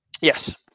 Yes